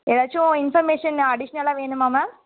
ஏதாச்சும் இன்ஃபர்மேஷன் அடிஷ்னலாக வேணுமா மேம்